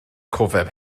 cofeb